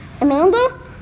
Amanda